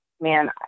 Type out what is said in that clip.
man